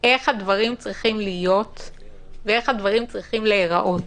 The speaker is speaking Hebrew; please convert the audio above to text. איך הדברים צריכים להיות ואיך הדברים צריכים להיראות.